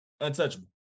untouchable